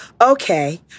Okay